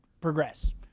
progress